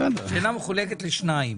השאלה מחולקת לשניים,